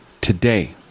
today